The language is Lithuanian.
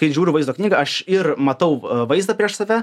kai žiūriu vaizdo knygą aš ir matau vaizdą prieš save